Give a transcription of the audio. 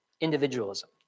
individualism